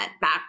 back